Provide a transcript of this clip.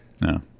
No